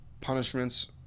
punishments